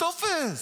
טופס.